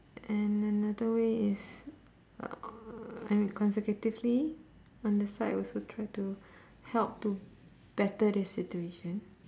and another way is uh I mean consecutively on the side also try to help to better the situation